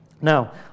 Now